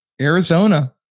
Arizona